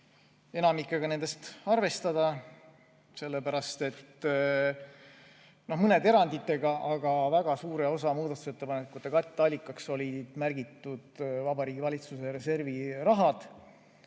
enamikku nendest arvestada, sellepärast et, küll mõne erandiga, aga väga suure osa muudatusettepanekute katteallikaks oli märgitud Vabariigi Valitsuse reservi raha.